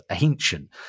ancient